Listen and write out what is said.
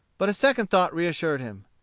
but a second thought reassured him.